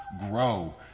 grow